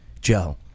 Joe